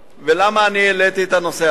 ולמה אני העליתי את הנושא הזה?